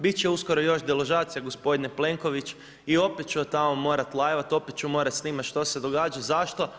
Bit će uskoro još deložacija gospodine Plenković i opet ću od tamo morat live-at, opet ću morat snimat što se događa, zašto?